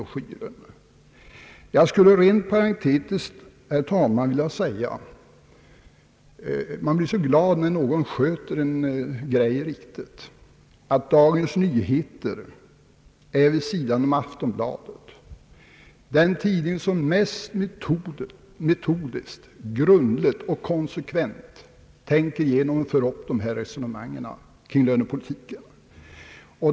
Allmänpolitisk debatt Jag skulle rent parentetiskt, herr talman, vilja säga — man blir ju så glad när någon sköter en uppgift riktigt — att Dagens Nyheter vid sidan av Aftonbladet är den tidning som mest metodiskt, grundligt och konsekvent tänker igenom och för upp resonemangen kring lönepolitiken.